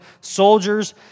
soldiers